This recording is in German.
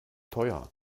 teuer